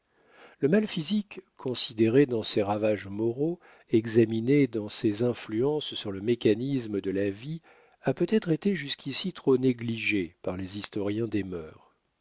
le mal physique considéré dans ses ravages moraux examiné dans ses influences sur le mécanisme de la vie a peut-être été jusqu'ici trop négligé par les historiens des mœurs